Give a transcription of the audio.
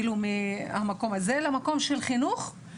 למקום של חינו,